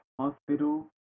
hospital